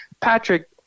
Patrick